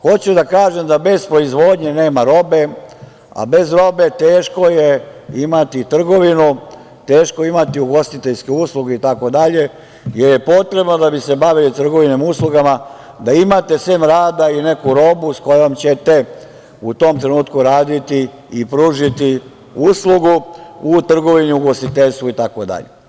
Hoću da kažem da bez proizvodnje nema robe, a bez robe teško je imati trgovinu, teško je imati ugostiteljske usluge, jer je potrebno da bi se bavili trgovinom uslugama da imate sem rada i neku robu s kojom ćete u tom trenutku raditi i pružiti uslugu u trgovini, ugostiteljstvu, itd.